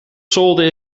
solden